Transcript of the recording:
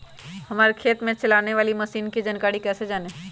हमारे खेत में चलाने वाली मशीन की जानकारी कैसे जाने?